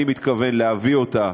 אני מתכוון להביא אותה